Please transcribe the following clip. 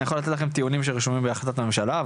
אני יכול לתת לכם טיעונים שרשומים בהחלטות הממשלה,